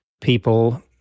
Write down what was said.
people